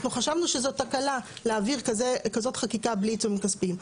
אנחנו חשבנו שזו תקלה להעביר כזו חקיקה בלי עיצומים כספיים.